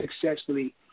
successfully